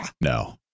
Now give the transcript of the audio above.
No